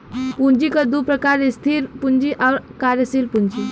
पूँजी क दू प्रकार स्थिर पूँजी आउर कार्यशील पूँजी